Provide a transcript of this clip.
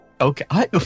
Okay